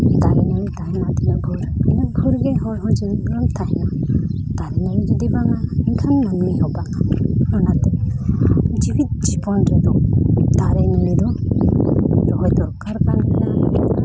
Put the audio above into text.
ᱫᱟᱨᱮᱼᱱᱟᱹᱲᱤ ᱛᱟᱦᱮᱱᱟ ᱛᱤᱱᱟᱹᱜ ᱵᱷᱳᱨ ᱩᱱᱟᱹᱜ ᱵᱷᱳᱨ ᱜᱮ ᱦᱚᱲ ᱦᱚᱸ ᱡᱤᱣᱮᱫ ᱵᱚᱱ ᱛᱟᱦᱮᱱᱟ ᱫᱟᱨᱮᱼᱱᱟᱹᱲᱤ ᱡᱩᱫᱤ ᱵᱟᱝᱟ ᱮᱱᱠᱷᱟᱱ ᱢᱟᱹᱱᱢᱤ ᱦᱚᱸ ᱵᱟᱝᱟ ᱚᱱᱟᱛᱮ ᱡᱤᱣᱚᱫ ᱡᱤᱵᱚᱱ ᱨᱮᱫᱚ ᱫᱟᱨᱮᱼᱱᱟᱹᱲᱤ ᱫᱚ ᱨᱚᱦᱚᱭ ᱫᱚᱨᱠᱟᱨ ᱠᱟᱱ ᱜᱮᱭᱟ